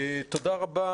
תודה רבה,